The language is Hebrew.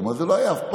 זה לא היה פה אף פעם.